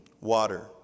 water